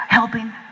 helping